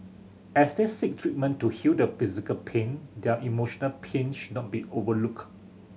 as they seek treatment to heal the physical pain their emotional pain should not be overlook